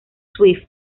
swift